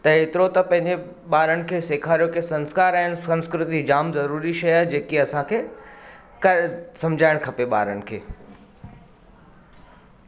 त हेतिरो त पंहिंजे ॿारनि खे सेखारियो कि संस्कार ऐं संस्कृति जाम ज़रूरी शइ आहे जेकी असांखे सम्झाइणु खपे ॿारनि खे